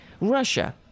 Russia